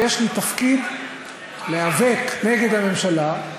כי יש לי תפקיד להיאבק נגד הממשלה,